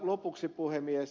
lopuksi puhemies